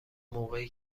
موقعی